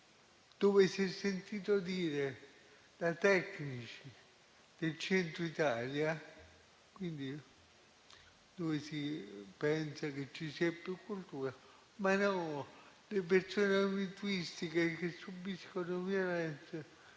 dove si è sentito dire, da tecnici del Centro Italia (dove si pensa che ci sia più cultura), che, le persone autistiche che subiscono violenze